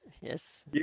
yes